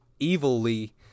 evilly